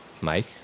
Mike